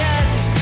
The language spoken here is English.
end